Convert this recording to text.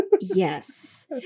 Yes